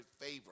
favor